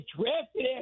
drafted